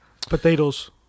Potatoes